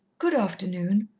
good afternoon,